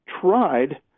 tried